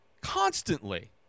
Constantly